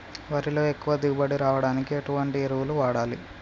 వరిలో ఎక్కువ దిగుబడి రావడానికి ఎటువంటి ఎరువులు వాడాలి?